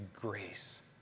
grace